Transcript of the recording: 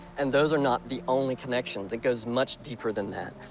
and those are not the only connections. it goes much deeper than that.